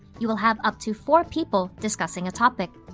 you will have up to four people discussing a topic.